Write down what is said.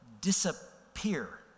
disappear